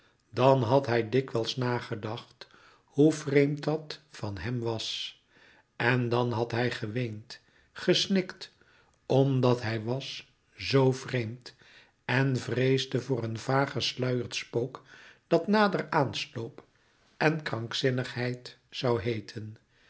dan had hij dikwijls nagedacht hoe vreemd dat van hem was en dàn had hij geweend gesnikt omdat hij was zoo vreemd en vreesde voor een vaag gesluierd spook dat nader aansloop en krankzinnigheid zoû heeten